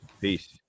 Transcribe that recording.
Peace